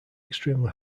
extremely